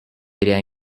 area